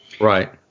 Right